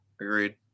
agreed